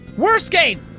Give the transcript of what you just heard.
worst game!